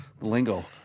lingo